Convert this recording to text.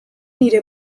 nire